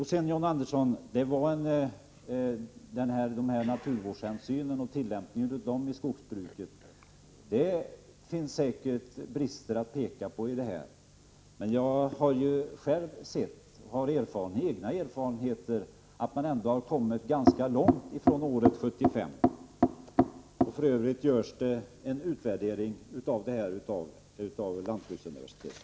Sedan: Jo, John Andersson, det finns säkert brister att peka på beträffande naturvårdshänsynen och hur tillämpningen sker i skogsbruket. Men jag har själv sett och har egna erfarenheter av att man ändå har kommit ganska långt jämfört med 1975. Och f.ö. gör lantbruksuniversitetet en utvärdering.